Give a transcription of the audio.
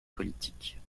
politiques